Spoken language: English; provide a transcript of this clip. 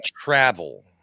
travel